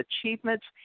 achievements